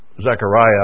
Zechariah